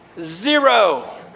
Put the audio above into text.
Zero